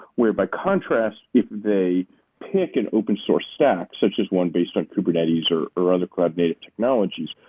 where by contrast if they pick an open-source stack, such as one based on kubernetes or or other cloud native technologies,